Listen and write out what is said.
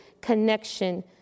connection